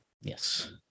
Yes